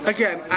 Again